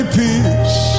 peace